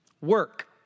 work